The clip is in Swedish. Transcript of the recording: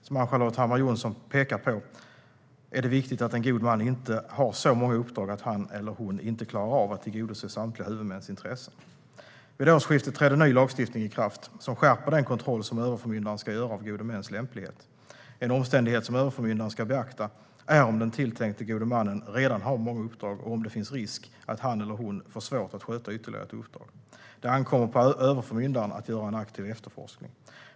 Som Ann-Charlotte Hammar Johnsson pekar på är det viktigt att en god man inte har så många uppdrag att han eller hon inte klarar av att tillgodose samtliga huvudmäns intressen. Vid årsskiftet trädde ny lagstiftning i kraft som skärper den kontroll som överförmyndaren ska göra av gode mäns lämplighet. En omständighet som överförmyndaren ska beakta är om den tilltänkta gode mannen redan har många uppdrag och om det finns risk att han eller hon får svårt att sköta ytterligare ett uppdrag. Det ankommer på överförmyndaren att göra en aktiv efterforskning.